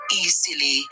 easily